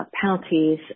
penalties